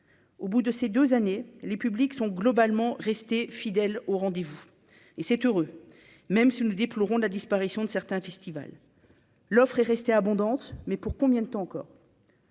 au bout de ces 2 années, les publics sont globalement restés fidèles au rendez-vous et c'est heureux, même si nous déplorons la disparition de certains festivals, l'offre est restée abondante, mais pour combien de temps encore.